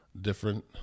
different